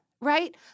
right